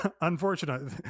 unfortunately